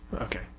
Okay